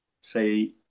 say